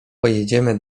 pojedziemy